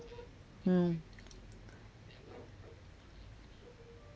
mm